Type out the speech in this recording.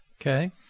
Okay